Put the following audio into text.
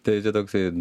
tai čia toksai